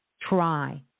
try